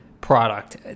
product